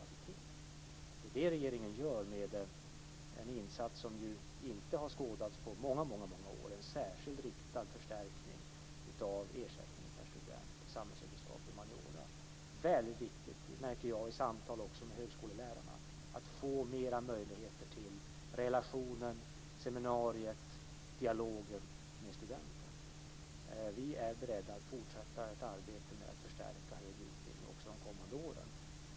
Det är det regeringen gör med en insats som ju inte har skådats på många år, en särskilt riktad förstärkning av ersättningen per student till samhällsvetenskap och humaniora. Det är väldigt viktigt, det märker jag också i samtal med högskolelärarna, att få mer möjligheter till relationer, seminarier, dialoger med studenten. Vi är beredda att fortsätta ett arbete med att förstärka den högre utbildningen också de kommande åren.